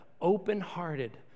open-hearted